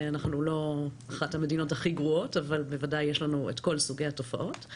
אנחנו לא אחת המדינות הכי גרועות אבל בוודאי יש לנו את כל סוגי התופעות.